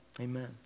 Amen